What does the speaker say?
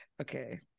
okay